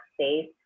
space